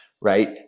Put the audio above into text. right